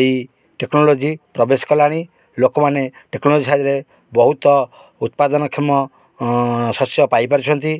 ଏଇ ଟେକ୍ନୋଲୋଜି ପ୍ରବେଶ କଲାଣି ଲୋକମାନେ ଟେକ୍ନୋଲୋଜି ସାହାଯ୍ୟରେ ବହୁତ ଉତ୍ପାଦନକ୍ଷମ ଶସ୍ୟ ପାଇପାରୁଛନ୍ତି